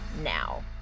now